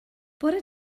bore